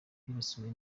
twibasiwe